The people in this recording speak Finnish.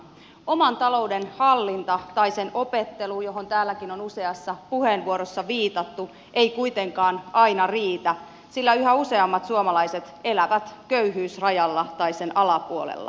oman talouden hallinta tai sen opettelu johon täälläkin on useassa puheenvuorossa viitattu ei kuitenkaan aina riitä sillä yhä useammat suomalaiset elävät köyhyysrajalla tai sen alapuolella